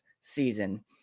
season